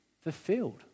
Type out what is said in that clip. fulfilled